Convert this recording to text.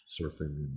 surfing